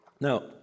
now